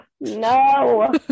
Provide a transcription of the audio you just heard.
no